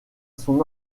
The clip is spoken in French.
son